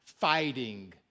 fighting